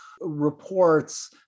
reports